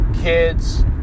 kids